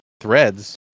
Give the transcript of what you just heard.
threads